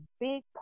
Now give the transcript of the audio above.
big